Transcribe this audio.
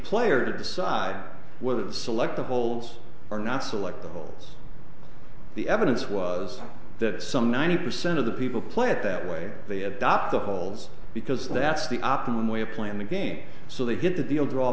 player to decide whether to select the holes or not select the holes the evidence was that some ninety percent of the people play it that way they adopt the holes because that's the optimum way of playing the game so they hit the all draw